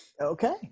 okay